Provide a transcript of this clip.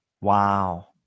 Wow